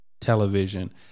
television